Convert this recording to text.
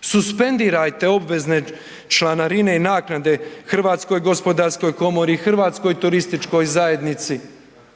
suspendirajte obvezne članarine i naknade Hrvatskoj gospodarskoj komori, Hrvatskoj turističkoj zajednici.